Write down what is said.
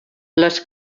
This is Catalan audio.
les